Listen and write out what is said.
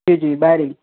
جی جی بائرنگ